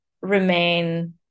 remain